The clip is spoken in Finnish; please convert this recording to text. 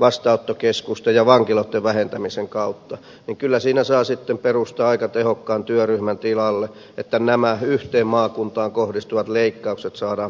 vastaanottokeskusten ja vankiloiden vähentämisen kautta niin kyllä siinä saa sitten perustaa aika tehokkaan työryhmän tilalle että nämä yhteen maakuntaan kohdistuvat leikkaukset saadaan paikattua